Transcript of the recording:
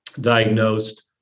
diagnosed